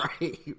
right